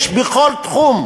יש בכל תחום.